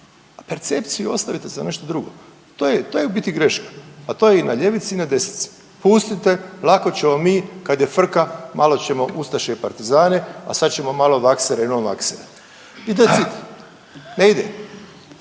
a percepciju ostavite za nešto drugo. To je u biti greška, a to je i na ljevici i na desnici. Pustite lako ćemo mi kad je frka, malo ćemo ustaše i partizane, a sad ćemo malo vaksere i novaksere. I to je cilj, ne ide.